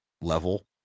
level